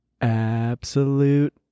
absolute